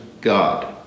God